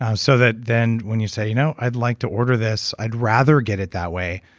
ah so that then, when you say, you know i'd like to order this, i'd rather get it that way.